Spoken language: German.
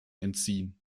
entziehen